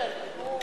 רע"ם-תע"ל